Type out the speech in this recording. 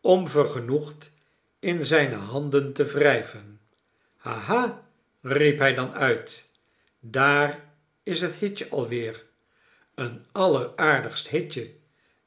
om vergenoegd in zijne handen te wrijven ha ha riep hij dan uit daar is hethitje alweer een alleraardigst hitje